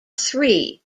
three